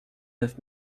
neuf